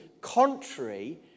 contrary